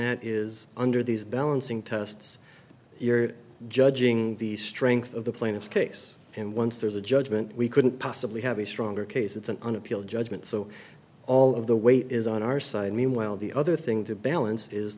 that is under these balancing tests you're judging the strength of the plaintiff's case and once there's a judgment we couldn't possibly have a stronger case it's an on appeal judgment so all of the weight is on our side meanwhile the other thing to balance is